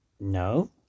No